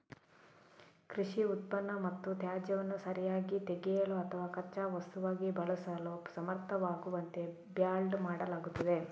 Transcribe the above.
ಕೃಷಿ ಉತ್ಪನ್ನ ಮತ್ತು ತ್ಯಾಜ್ಯವನ್ನು ಸರಿಯಾಗಿ ತೆಗೆಯಲು ಅಥವಾ ಕಚ್ಚಾ ವಸ್ತುವಾಗಿ ಬಳಸಲು ಸಮರ್ಥವಾಗುವಂತೆ ಬ್ಯಾಲ್ಡ್ ಮಾಡಲಾಗುತ್ತದೆ